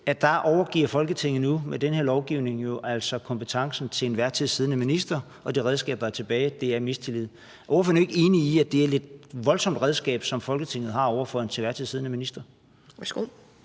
sted, er, at Folketinget med den her lovgivning nu overgiver kompetencen til den til enhver tid siddende minister, og det redskab, der er tilbage, er mistillid. Er ordføreren ikke enig i, at det er et lidt voldsomt redskab, som Folketinget har over for en til enhver tid siddende minister?